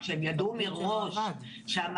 רק שהם ידעו מראש שהמעמסה